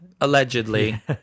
Allegedly